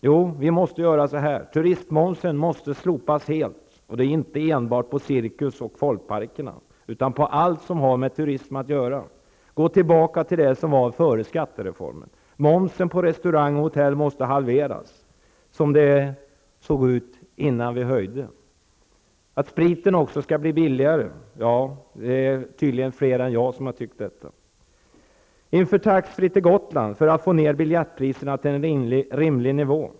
Jo, q turistmomsen måste slopas helt, och då inte enbart på cirkus och på folkparksintäkter, utan på allt som har med turism att göra. Man måste gå tillbaka till det som gällde före skattereformen. q Momsen på restauranger och hotell måste halveras som det var innan höjningen. Sprit måste också bli billigare och det är tydligen fler än jag som är av samma åsikt. q Inför tax-free till Gotland för att få ned biljettpriserna till en rimlig nivå.